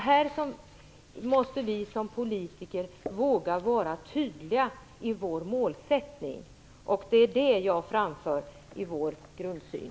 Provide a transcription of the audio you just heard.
Här måste vi som politiker våga vara tydliga i vår målsättning. Det är det jag framför som vår grundsyn.